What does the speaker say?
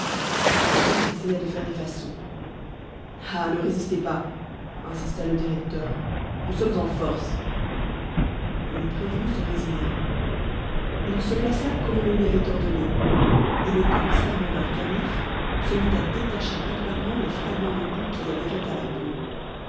l'homme essaya de faire des façons ah ne résistez pas insista le directeur nous sommes en force le prévenu se résigna il se plaça comme on le lui avait ordonné et lecoq s'armant d'un canif se mit à détacher adroitement les fragments de boue qui adhéraient à la peau